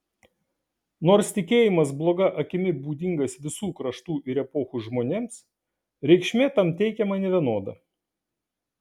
nors tikėjimas bloga akimi būdingas visų kraštų ir epochų žmonėms reikšmė tam teikiama nevienoda